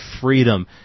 freedom